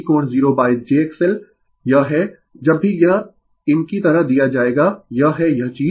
ILV कोण 0jXL यह है जब भी यह इनकी तरह दिया जाएगा यह है यह चीज